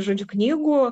žodžiu knygų